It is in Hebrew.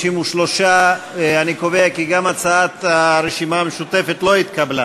53. אני קובע כי גם הצעת הרשימה המשותפת לא התקבלה.